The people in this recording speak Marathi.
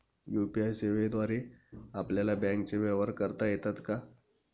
यू.पी.आय सेवेद्वारे आपल्याला बँकचे व्यवहार करता येतात का?